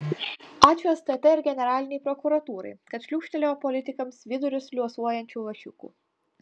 ačiū stt ir generalinei prokuratūrai kad šliūkštelėjo politikams vidurius liuosuojančių lašiukų